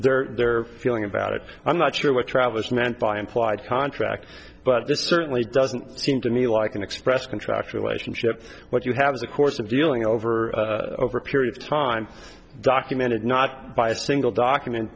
their their feeling about it i'm not sure what travis meant by implied contract but that certainly doesn't seem to me like an express contractual relationship what you have the course of dealing over over a period of time documented not by a single document